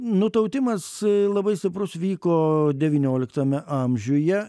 nutautimas labai stiprus vyko devynioliktame amžiuje